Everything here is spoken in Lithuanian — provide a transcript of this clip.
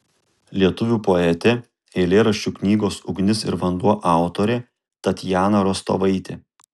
lietuvių poetė eilėraščių knygos ugnis ir vanduo autorė tatjana rostovaitė